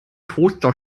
toaster